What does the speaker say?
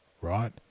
right